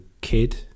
kid